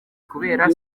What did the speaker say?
kubera